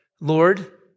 Lord